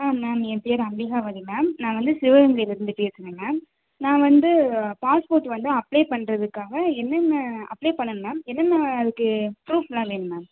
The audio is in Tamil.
ஆ மேம் ஏன் பேர் அம்பிகாவதி மேம் நான் வந்து சிவகங்கையில இருந்து பேசுறேங்க நான் வந்து பாஸ்போர்ட் வந்து அப்ளை பண்ணுறதுக்காக என்னென்ன அப்ளை பண்ணணும் மேம் என்னென்ன அதுக்கு ப்ரூஃப்லாம் வேணும் மேம்